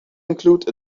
include